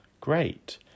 great